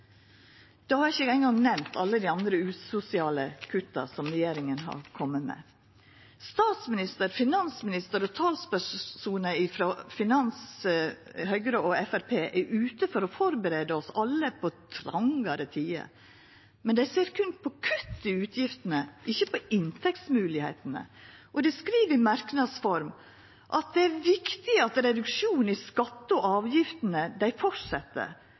har ikkje eingong nemnt alle dei andre usosiale kutta som regjeringa har kome med. Statsministeren, finansministeren og talspersonar frå Høgre og Framstegspartiet er ute for å førebu oss alle på trongare tider. Men dei ser berre på kutt i utgiftene, ikkje på inntektsmoglegheitene. Og dei skriv i merknads form at det er viktig at reduksjonen i skatte- og avgiftene